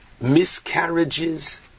miscarriages